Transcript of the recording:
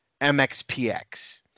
MXPX